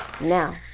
now